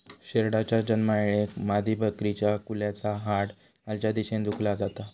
शेरडाच्या जन्मायेळेक मादीबकरीच्या कुल्याचा हाड खालच्या दिशेन झुकला जाता